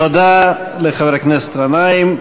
תודה לחבר הכנסת גנאים.